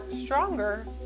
stronger